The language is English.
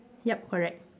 yup correct